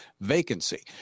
vacancy